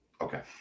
Okay